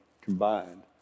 combined